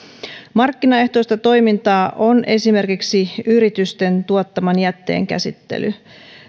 markkinaehtoista toimintaa on esimerkiksi yritysten tuottaman jätteen käsittely